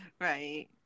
Right